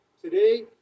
Today